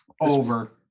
Over